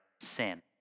sin